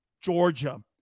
Georgia